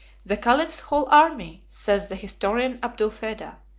the caliph's whole army, says the historian abulfeda,